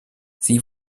sie